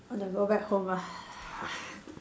want to go back home ah